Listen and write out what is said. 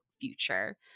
future